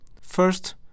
First